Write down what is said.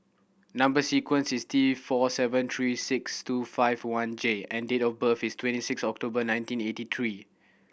number sequence is T four seven three six two five one J and date of birth is twenty six October nineteen eighty three